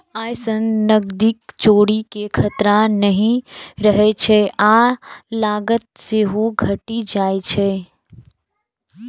अय सं नकदीक चोरी के खतरा नहि रहै छै आ लागत सेहो घटि जाइ छै